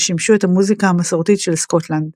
ששימשו את המוזיקה המסורתית של סקוטלנד.